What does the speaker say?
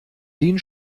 den